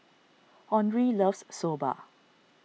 Henri loves Soba